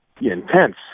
intense